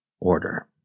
order